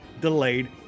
delayed